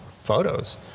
photos